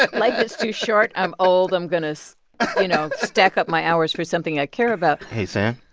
but life is too short. i'm old. i'm going to so you know stack up my hours for something i care about hey, sam?